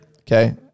Okay